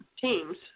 teams